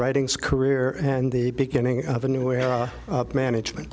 writings career and the beginning of a new way of management